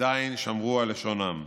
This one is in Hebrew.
עדיין הם שמרו על לשונם,